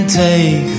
take